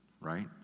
right